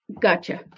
Gotcha